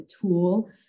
tool